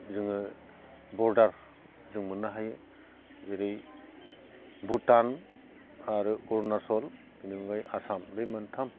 जोङो बर्डार जों मोननो हायो जेरै भुटान आरो अरुनाचल बिनि अनगायै आसाम बे मोनथाम